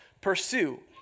Pursue